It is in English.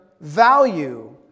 value